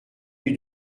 lui